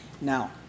Now